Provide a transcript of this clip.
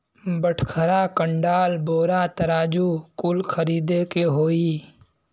बटखरा, कंडाल, बोरा, तराजू कुल खरीदे के होई